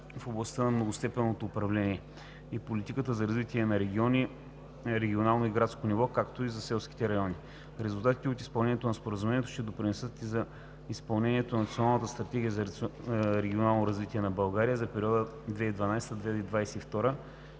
в областта на многостепенното управление и политиката за развитие на регионално и градско ниво, както и за селските райони. Резултатите от изпълнението на Споразумението ще допринесат и за изпълнението на Националната стратегия за регионално развитие на България за периода 2012 – 2022